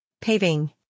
Paving